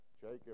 Jacob